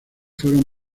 fueron